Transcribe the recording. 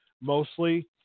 mostly